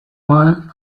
mal